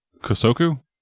Kosoku